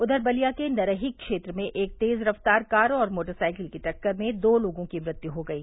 उधर बलिया के नरही क्षेत्र में एक तेज रफ्तार कार और मोटरसाइकिल की टक्कर में दो लोंगों की मृत्यु हो गयी